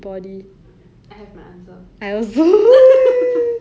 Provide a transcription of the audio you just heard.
good looks I don't know man I guess like